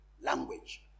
language